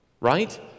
right